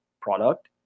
product